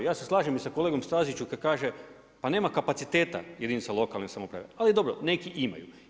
Ja se slažem i sa kolegom Stazićem kad kaže pa nema kapaciteta jedinica lokalne samouprave, ali dobro, neki imaju.